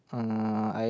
uh I